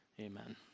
Amen